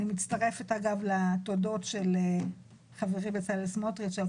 אני מצטרפת אגב לתודות של חברי בצלאל סמוטריץ' על